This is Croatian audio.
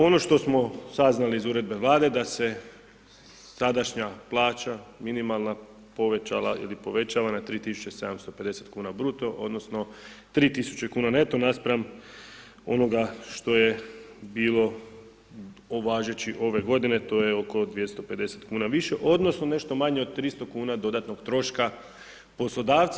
Ono što smo saznali iz Uredbe Vlade da se sadašnja plaća, minimalna, povećala ili povećava na 3750 kuna bruto odnosno 3000 kuna neto, naspram onoga što je bilo važeći ove godine, to je oko 250 kuna više, odnosno nešto manje od 300 kuna dodatnog troška poslodavca.